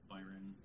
Byron